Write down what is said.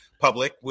public